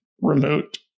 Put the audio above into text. remote